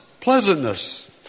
Pleasantness